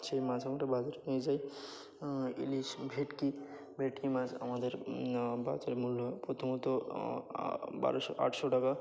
সেই মাছ আমরা বাজারে নিয়ে যাই ইলিশ ভেটকি ভেটকি মাছ আমাদের বাজারমূল্য হয় প্রথমত বারোশো আটশো টাকা